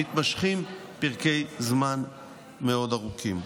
מתמשכים פרקי זמן מאוד ארוכים.